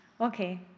Okay